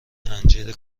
انجیر